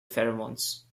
pheromones